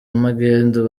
magendu